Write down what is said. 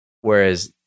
Whereas